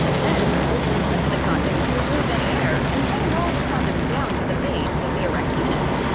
then hold the tip of the condom to remove any air and then roll the condom down to the base of the erect penis.